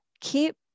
keep